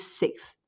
sixth